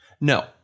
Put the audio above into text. No